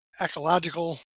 Ecological